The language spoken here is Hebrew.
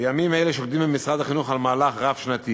בימים אלה שוקדים במשרד החינוך על מהלך רב-שנתי